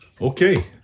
Okay